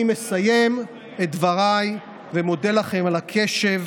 אני מסיים את דבריי, מודה לכם על הקשב